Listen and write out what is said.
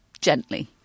gently